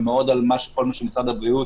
וכל מה שמשרד הבריאות